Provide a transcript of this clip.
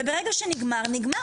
וברגע שנגמר נגמר.